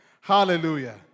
Hallelujah